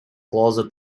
closer